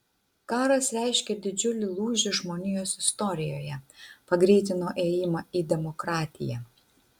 karas reiškė didžiulį lūžį žmonijos istorijoje pagreitino ėjimą į demokratiją